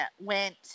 went